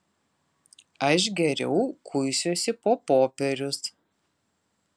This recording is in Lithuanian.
aš geriau kuisiuosi po popierius